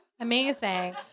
Amazing